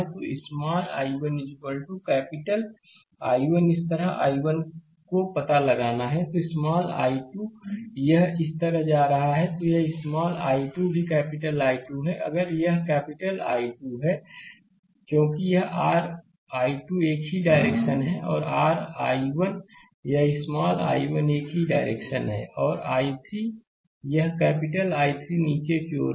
तो small I1 capital I1 इस I1 को पता लगाना है तो स्मॉल I2 यह भी इस तरह जा रहा है तो यह स्मॉल I2 भी कैपिटल I2 है अगर यह कैपिटल I2 है क्योंकि यह r I2 एक ही डायरेक्शन है यह r I1 है यह स्मॉल I1 एक ही डायरेक्शन है और I3 यह कैपिटल I3 नीचे की ओर है